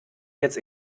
jetzt